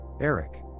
Eric